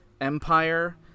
empire